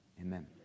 amen